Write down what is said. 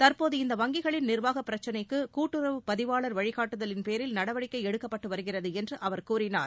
தற்போது இந்த வங்கிகளின் நிர்வாகப் பிரச்னைகளுக்கு கூட்டுறவுப் பதிவாளர் வழிகாட்டுதலின் பேரில் நடவடிக்கை எடுக்கப்பட்டு வருகிறது என்று அவர் கூறினார்